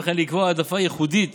וכן לקבוע העדפה ייחודית